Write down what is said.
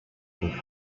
can